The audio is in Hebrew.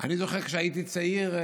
זוכר שכשהייתי צעיר,